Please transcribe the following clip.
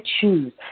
choose